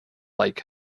like